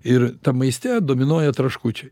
ir tam maiste dominuoja traškučiai